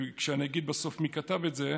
כשאני אגיד בסוף מי כתב את זה,